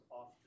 off